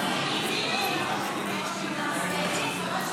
שלום לחבריי חברי הכנסת.